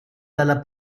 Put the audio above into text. dalla